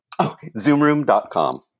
Zoomroom.com